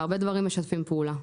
בהרבה דברים אנחנו משתפים פעולה.